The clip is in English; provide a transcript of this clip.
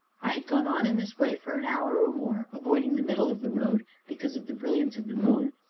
i had gone on, in this way, for an hour or more, avoiding the middle of the road, because of the brilliance of the moon,